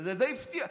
וזה די הפתיע.